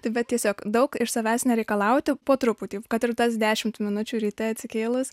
taip bet tiesiog daug iš savęs nereikalauti po truputį kad ir tas dešimt minučių ryte atsikėlus